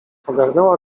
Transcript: ogarnęła